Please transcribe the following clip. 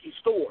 store